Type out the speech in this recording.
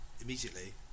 immediately